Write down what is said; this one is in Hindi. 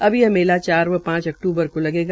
अब यह मेला चार व पांच अक्तूबर को लगेगा